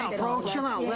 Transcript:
bro, chill out,